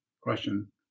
question